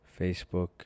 Facebook